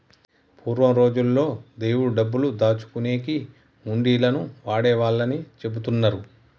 పూర్వం రోజుల్లో దేవుడి డబ్బులు దాచుకునేకి హుండీలను వాడేవాళ్ళని చెబుతున్నరు